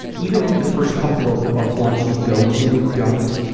even if the first couple of of ones you go to don't